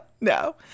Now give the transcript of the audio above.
no